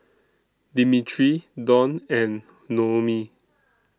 Dimitri Donn and Noemie